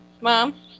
Mom